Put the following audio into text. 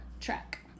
track